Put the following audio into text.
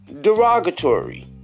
Derogatory